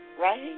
right